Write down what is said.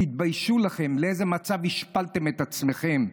תתביישו לכם, לאיזה מצב השפלתם את עצמכם,